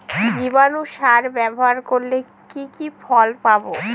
জীবাণু সার ব্যাবহার করলে কি কি ফল পাবো?